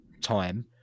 time